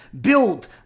build